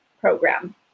program